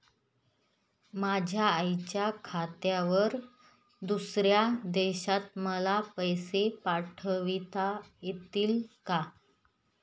माझ्या आईच्या खात्यावर दुसऱ्या देशात मला पैसे पाठविता येतील का?